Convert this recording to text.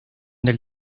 del